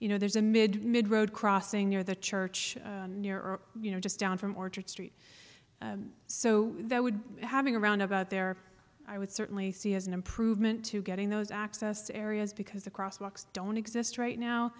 you know there's a mid mid road crossing near the church near or you know just down from orchard street so that would having around about there i would certainly see as an improvement to getting those access to areas because the cross walks don't exist right now